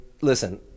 listen